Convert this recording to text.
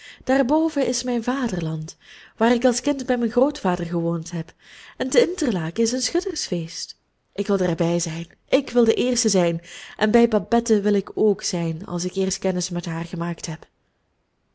daarboven is mijn vaderland waar ik als kind bij mijn grootvader gewoond heb en te interlaken is een schuttersfeest ik wil daarbij zijn ik wil de eerste zijn en bij babette wil ik ook zijn als ik eerst kennis met haar gemaakt heb